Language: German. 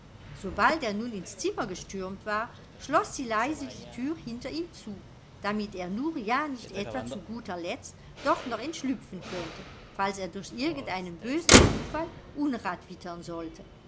sobald er nun ins zimmer gestürmt war schloß sie leise die tür hinter ihm zu damit er nur ja nicht etwa zu guter letzt doch noch entschlüpfen könnte falls er durch irgendeinen bösen zufall unrat wittern sollte